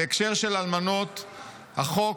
בהקשר של אלמנות החוק,